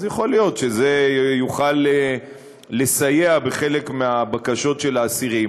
יכול להיות שזה יוכל לסייע בחלק מהבקשות של האסירים,